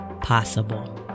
possible